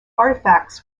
artifacts